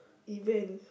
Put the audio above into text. event